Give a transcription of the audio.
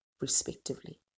respectively